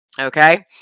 okay